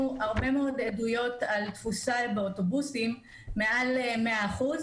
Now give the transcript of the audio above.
הרבה מאוד עדויות על תפוסה של מעל 100% באוטובוסים